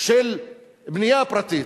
של בנייה פרטית.